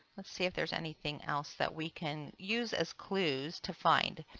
let's see if there is anything else that we can use as clues to find.